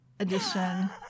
edition